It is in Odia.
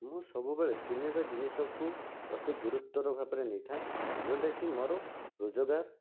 ମୁଁ ସବୁବେଳେ ତିନିଟା ଜିନିଷକୁ ଅତି ଗୁରୁତ୍ୱର ଭାବରେ ନେଇଥାଏ ଯେଉଁଟାକି ମୋର ରୋଜଗାର